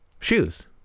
Shoes